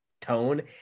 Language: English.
tone